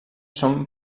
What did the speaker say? són